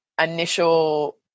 initial